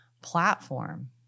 platform